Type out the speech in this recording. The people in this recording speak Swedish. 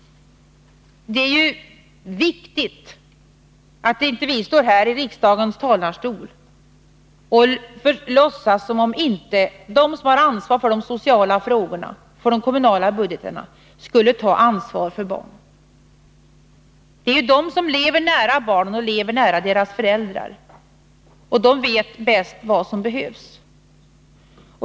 Det är också min erfarenhet. Det är ju viktigt att vi inte står häri riksdagens talarstol och låtsas som om de politiker som har ansvar för de sociala frågorna och de kommunala budgetarna inte skulle ta ansvar för barnen. Det är de som lever nära barnen och lever nära deras föräldrar, och de vet bäst vad som behövs.